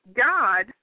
God